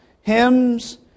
hymns